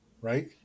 right